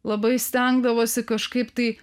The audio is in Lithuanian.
labai stengdavosi kažkaip tai